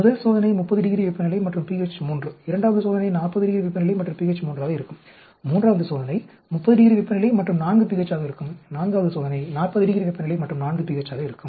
முதல் சோதனை 30 டிகிரி வெப்பநிலை மற்றும் pH 3 இரண்டாவது சோதனை 40° வெப்பநிலை மற்றும் pH 3 ஆக இருக்கும் மூன்றாவது சோதனை 30 டிகிரி வெப்பநிலை மற்றும் 4 pH ஆக இருக்கும் நான்காவது சோதனை 40 ° வெப்பநிலை மற்றும் 4 pH ஆக இருக்கும்